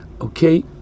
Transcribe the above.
Okay